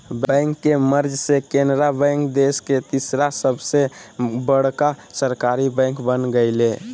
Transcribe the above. bank के merge से Canara bank देश के तीसर सबसे बड़का सरकारी बैंक बन गेलय